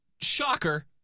shocker